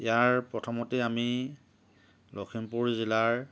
ইয়াৰ প্ৰথমতেই আমি লখিমপুৰ জিলাৰ